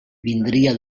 vindria